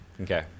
okay